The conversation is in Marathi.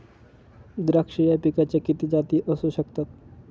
द्राक्ष या पिकाच्या किती जाती असू शकतात?